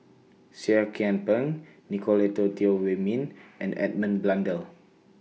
Seah Kian Peng Nicolette Teo Wei Min and Edmund Blundell